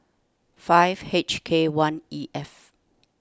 five H K one E F